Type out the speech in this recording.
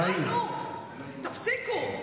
די, נו, תפסיקו.